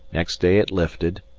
next day it lifted,